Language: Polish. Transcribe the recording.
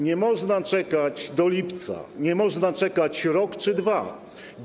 Nie można czekać do lipca, nie można czekać rok czy 2 lata.